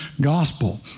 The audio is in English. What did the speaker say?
gospel